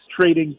trading